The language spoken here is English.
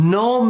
no